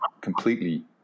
Completely